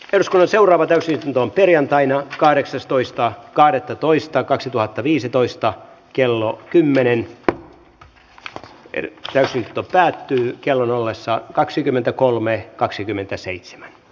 keskon seuraava täysituntoon perjantaina kahdeksastoista kahdettatoista kaksituhattaviisitoista kello kymmenen ja eri versiota päättyy kellon asian käsittely päättyi